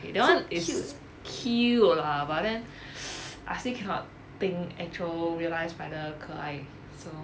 K that one is cute lah but then I still cannot think actual real eyes by like 可爱 so